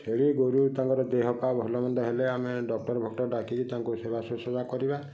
ଛେଳି ଗୋରୁ ତାଙ୍କର ଦେହ ପା ଭଲ ମନ୍ଦ ହେଲେ ଆମେ ଡକ୍ଟର ଫକ୍ଟର ଡାକିକି ତାଙ୍କୁ ସେବା ଶୁଶ୍ରୂଷା କରିବା